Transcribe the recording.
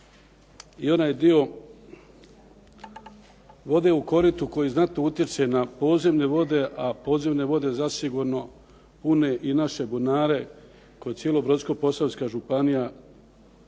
i onaj dio vode u koritu koji znatno utječe na podzemne vode, a podzemne vode zasigurno pune i naše bunare koje cijela Brodsko-posavska županija